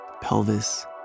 pelvis